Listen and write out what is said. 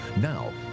Now